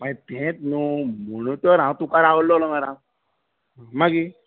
मागीर तेंच न्हय म्हणून तर हांव तुकाा रावलो मागीर